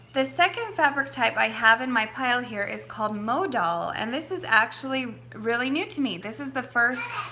the second fabric type i have in my pile here is called modal and this is actually really new to me. this is the first,